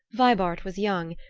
vibart was young,